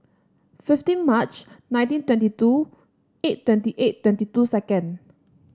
fifteen March nineteen twenty two eight twenty eight twenty two